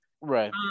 Right